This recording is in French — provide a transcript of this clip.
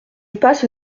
passe